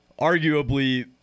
arguably